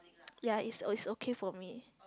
ya it's o~ its okay for me